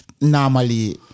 normally